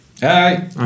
Hi